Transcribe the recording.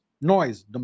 noise